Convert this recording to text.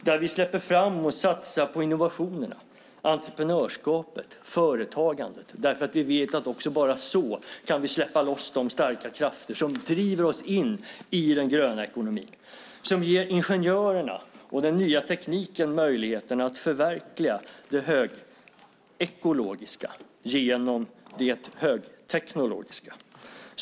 Där släpper vi fram och satsar på innovationer, entreprenörskapet och företagandet därför vi vet att bara så kan vi släppa loss de starka krafter som driver oss in i den gröna ekonomin. Vi ger ingenjörerna och den nya tekniken möjligheter att förverkliga det högekologiska genom det högteknologiska.